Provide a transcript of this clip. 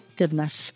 goodness